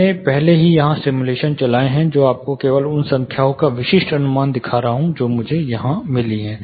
मैंने पहले ही यहां सिमुलेशन चलाए हैं मैं आपको केवल उन संख्याओं का विशिष्ट अनुमान दिखा रहा हूँ जो मुझे यहाँ मिली हैं